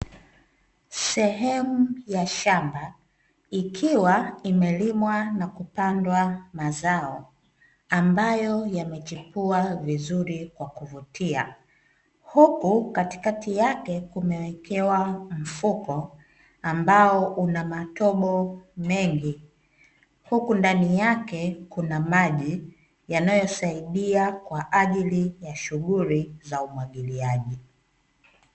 Sehemu ya shamba ikiwa imelimwa na kupandwa mazao ambayo yamechipua vizuri kwa kuvutia, huku katikati yake kumewekewa mfuko ambao una matobo mengi, huku ndani yake kuna maji yanayosaidia kwa ajili ya shughuli za umwagiliaji.